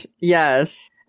Yes